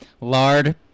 lard